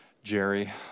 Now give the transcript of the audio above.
Jerry